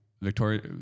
Victoria